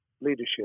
leadership